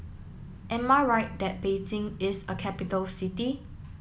am I right that Beijing is a capital city